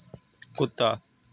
कुत्ता